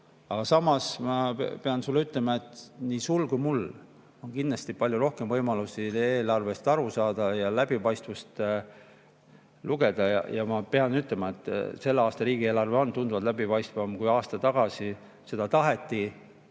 samas pean ma sulle ütlema, et nii sul kui mul on kindlasti palju rohkem võimalusi eelarvest aru saada ja läbipaistvus võimaldab seda paremini lugeda. Ma pean ütlema, et selle aasta riigieelarve on tunduvalt läbipaistvam kui aasta tagasi. Seda taheti